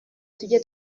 tujye